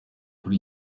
kuri